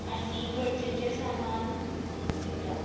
आनी गरजेचें सामान दिता